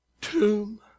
tomb